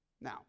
Now